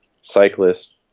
cyclists